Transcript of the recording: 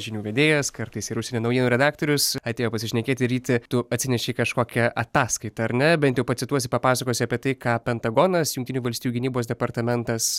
žinių vedėjas kartais ir užsienio naujienų redaktorius atėjo pasišnekėti ryti tu atsinešei kažkokią ataskaitą ar ne bent jau pacituosi papasakosi apie tai ką pentagonas jungtinių valstijų gynybos departamentas